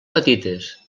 petites